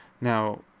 Now